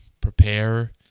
Prepare